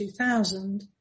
2000